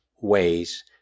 ways